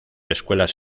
escuelas